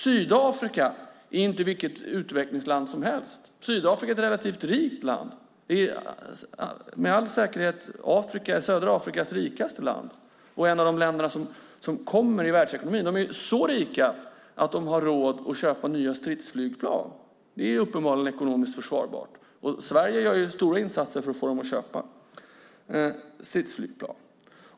Sydafrika är inte vilket utvecklingsland som helst. Det är ett relativt rikt land. Det är med all säkerhet södra Afrikas rikaste land och ett av de länder som kommer i världsekonomin. De är så rika att det har råd att köpa nya stridsflygplan, vilket uppenbarligen är ekonomiskt försvarbart, och Sverige gör stora insatser för att få dem att köpa.